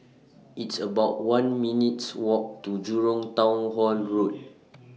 It's about one minutes' Walk to Jurong Town Hall Road